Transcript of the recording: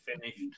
finished